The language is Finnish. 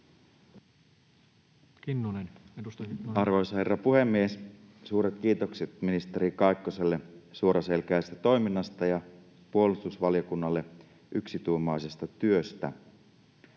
Arvoisa herra puhemies! Suuret kiitokset ministeri Kaikkoselle suoraselkäisestä toiminnasta ja puolustusvaliokunnalle yksituumaisesta työstä.